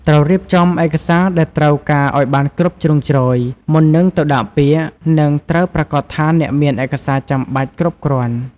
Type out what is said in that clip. ត្រូវរៀបចំឯកសារដែលត្រូវការឲ្យបានគ្រប់ជ្រុងជ្រោយ មុននឹងទៅដាក់ពាក្យ និងត្រូវប្រាកដថាអ្នកមានឯកសារចាំបាច់គ្រប់គ្រាន់។